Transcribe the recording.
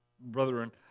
brethren